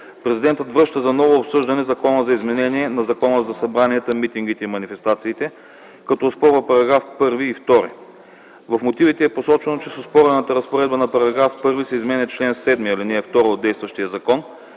президентът връща за ново обсъждане Закона за изменение на Закона за събранията, митингите и манифестациите, като оспорва § 1 и § 2. В мотивите е посочено, че с оспорената разпоредба на § 1 се изменя чл. 7, ал. 2 от действащия закон,